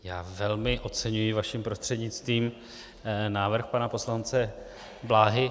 Já velmi oceňuji vaším prostřednictvím návrh pana poslance Bláhy.